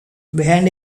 behind